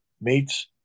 meets